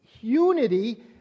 unity